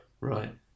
right